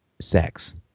sex